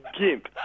gimp